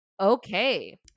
Okay